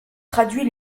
traduit